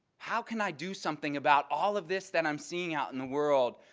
how can i do something about all of this that i'm seeing out in the world?